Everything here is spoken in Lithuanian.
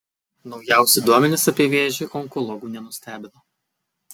naujausi duomenys apie vėžį onkologų nenustebino